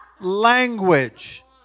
Language